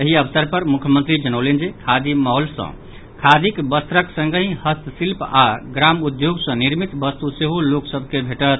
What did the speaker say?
एहि अवसर पर मुख्यमंत्री जनौलनि जे खादी मॉल सॅ खादीक वस्त्रक संगहि हस्तशिल्प आओर ग्रामोद्योग सॅ निर्मित वस्तु सेहो लोक सभ के भेटत